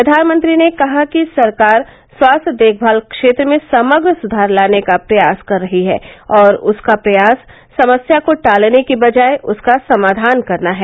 प्रधानमंत्री ने कहा कि सरकार स्वास्थ्य देखभाल क्षेत्र में समग्र सुधार लाने का प्रयास कर रही है और उसका प्रयास समस्या को टालने की बजाय उसका समाधान करना है